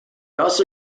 almost